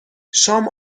شام